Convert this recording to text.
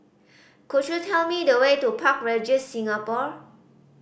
could you tell me the way to Park Regis Singapore